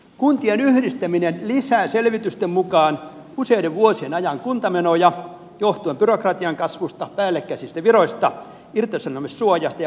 kuntien yhdistäminen lisää selvitysten mukaan useiden vuosien ajan kuntamenoja johtuen byrokratian kasvusta päällekkäisistä viroista irtisanomissuojasta ja palkkaharmonisoinnista